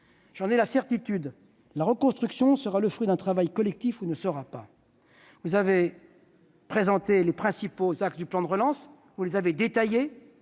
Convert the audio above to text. J'en ai la certitude : la reconstruction sera le fruit d'un travail collectif ou ne sera pas. Vous avez présenté et détaillé les principaux axes du plan de relance. Vous avez évoqué